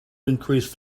increased